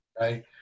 right